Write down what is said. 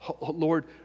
Lord